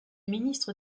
ministres